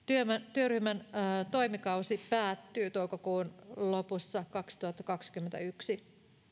työryhmän toimikausi päättyy toukokuun lopussa kaksituhattakaksikymmentäyksi